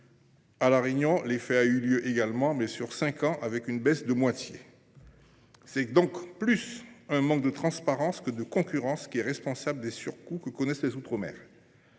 À La Réunion, l’effet a eu lieu également, mais sur cinq ans, avec une baisse de moitié. C’est donc un manque de transparence plus que de concurrence qui est responsable des surcoûts que connaissent les outre mer.